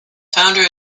founder